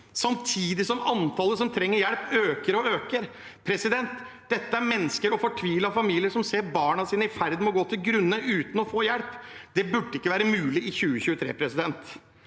samtidig som antallet som trenger hjelp, øker og øker. Dette er mennesker og fortvilte familier som ser barna sine i ferd med å gå til grunne, uten å få hjelp. Det burde ikke være mulig i 2023.